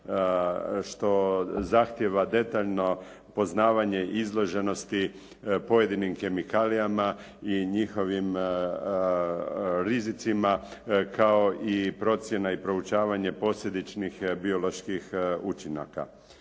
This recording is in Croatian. što zahtijeva detaljno poznavanje izloženosti pojedinim kemikalijama i njihovim rizicima, kao i procjena i proučavanje posljedičnih bioloških učinaka.